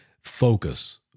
focus